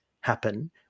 happen